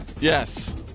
Yes